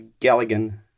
Galligan